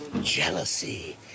jealousy